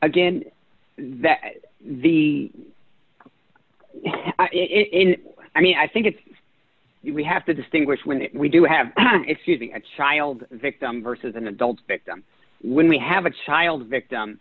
again that the it i mean i think it's we have to distinguish when we do have it's using a child victim versus an adult victim when we have a child victim